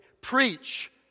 preach